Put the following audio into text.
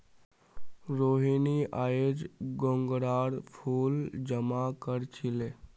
रोहिनी अयेज मोंगरार फूल जमा कर छीले